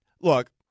look